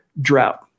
drought